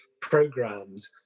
programmed